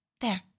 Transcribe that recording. There